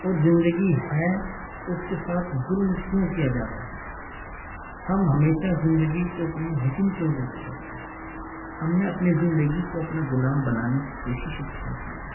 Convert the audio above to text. اور زندگی ہے تو اس کے ساتھ ظلم کیوں کیا جاتا ہے ہم ہمیشہ زندگی کو اپنی حکم کیوں دیتے رہتے ہیں ہم نے اپنے زندگی کو اپنا غلام بنانے کی کوششیں کیوں کی ہے